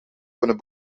kunnen